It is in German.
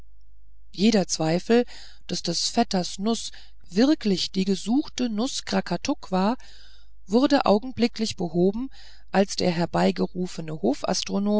jeder zweifel daß des vetters nuß wirklich die gesuchte nuß krakatuk war wurde augenblicklich gehoben als der herbeigerufene